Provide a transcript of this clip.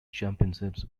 championships